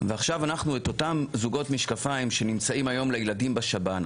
ועכשיו את אותם זוגות משקפיים שנמצאים היום לילדים בשב"ן,